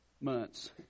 months